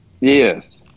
yes